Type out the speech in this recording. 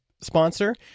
sponsor